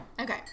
Okay